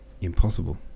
impossible